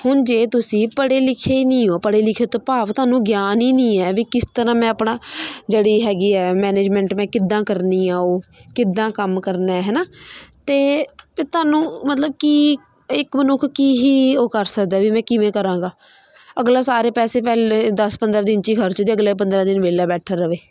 ਹੁਣ ਜੇ ਤੁਸੀਂ ਪੜ੍ਹੇ ਲਿਖੇ ਹੀ ਨਹੀਂ ਹੋ ਪੜ੍ਹੇ ਲਿਖੇ ਤੋਂ ਭਾਵ ਤੁਹਾਨੂੰ ਗਿਆਨ ਹੀ ਨਹੀਂ ਹੈ ਵੀ ਕਿਸ ਤਰ੍ਹਾਂ ਮੈਂ ਆਪਣਾ ਜਿਹੜੀ ਹੈਗੀ ਹੈ ਮੈਨੇਜਮੈਂਟ ਮੈਂ ਕਿੱਦਾਂ ਕਰਨੀ ਆ ਉਹ ਕਿੱਦਾਂ ਕੰਮ ਕਰਨਾ ਹੈ ਨਾ ਤਾਂ ਤਾਂ ਤੁਹਾਨੂੰ ਮਤਲਬ ਕਿ ਇੱਕ ਮਨੁੱਖ ਕੀ ਹੀ ਉਹ ਕਰ ਸਕਦਾ ਵੀ ਮੈਂ ਕਿਵੇਂ ਕਰਾਂਗਾ ਅਗਲਾ ਸਾਰੇ ਪੈਸੇ ਪਹਿਲੇ ਦਸ ਪੰਦਰਾਂ ਦਿਨ 'ਚ ਹੀ ਖਰਚ ਦੇ ਅਗਲੇ ਪੰਦਰਾਂ ਦਿਨ ਵਿਹਲਾ ਬੈਠਾ ਰਹੇ